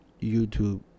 YouTube